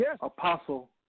apostle